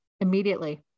immediately